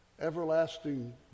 Everlasting